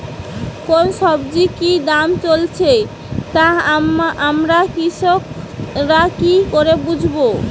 কোন সব্জির কি দাম চলছে তা আমরা কৃষক রা কি করে বুঝবো?